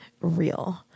real